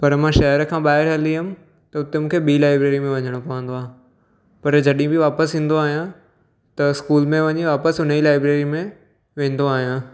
पर मां शहर खां ॿाहिरि हली वियुमि त हुते मूंखे ॿी लाइब्रेरी में वञिणो पवंदो आहे पर जॾहिं बि वापसि ईंदो आहियां त स्कूल में वञी वापसि हुन ई लाइब्रेरी में वेंदो आहियां